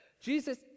Jesus